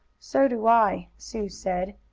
so do i, sue said,